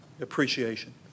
appreciation